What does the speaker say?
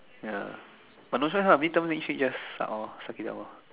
ya but no choice ah mid term next week just suck orh suck it up orh